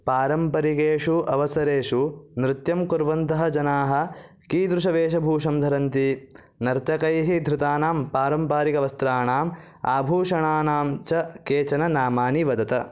पारम्परिकेषु अवसरेषु नृत्यं कुर्वन्तः जनाः कीदृशवेषभूषं धरन्ति नर्तकैः धृतानां पारम्पारिकवस्त्राणाम् आभूषणानां च केचन नामानि वदत